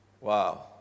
Wow